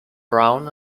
brown